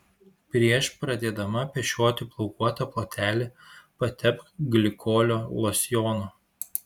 prieš pradėdama pešioti plaukuotą plotelį patepk glikolio losjonu